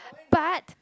but